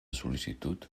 sol·licitud